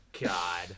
God